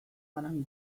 banan